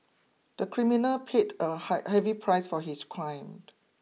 the criminal paid a high heavy price for his crime